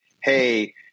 hey